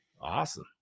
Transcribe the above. Awesome